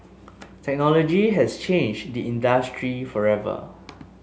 technology has changed the industry forever